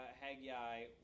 Haggai